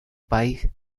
país